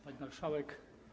Pani Marszałek!